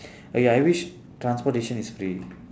okay I wish transportation is free